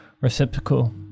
reciprocal